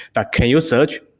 but can you search?